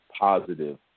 positive